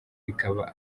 bikaba